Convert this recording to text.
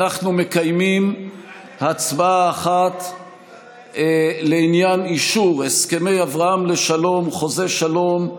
אנחנו מקיימים הצבעה אחת לעניין אישור הסכמי אברהם לשלום: חוזה שלום,